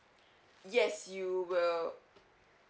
yes you will